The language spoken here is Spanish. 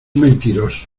mentiroso